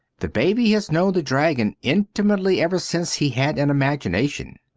the baby has known the dragon intimately ever since he had an imagination.